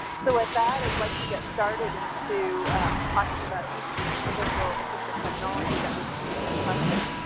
so with that i like to get started into talking about each of the individual assistive technology that we can use for testing.